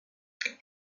elle